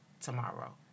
tomorrow